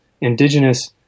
indigenous